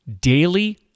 daily